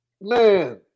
man